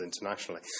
internationally